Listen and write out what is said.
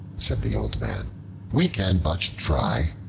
said the old man we can but try.